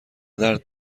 درد